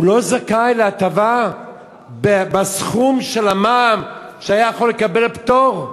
הוא לא זכאי להטבה בסכום של המע"מ שהוא היה יכול לקבל עליו פטור?